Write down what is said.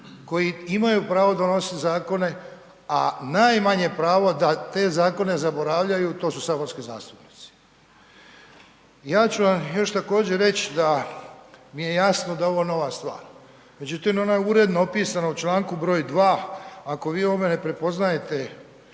koji imaju pravo donositi zakone, a najmanje pravo da te zakone zaboravljaju to su saborski zastupnici. Ja ću vam još također reći da mi je jasno da je ovo nova stvar, međutim ona je uredno opisana u čl. br. 2. ako vi u ovome ne prepoznajete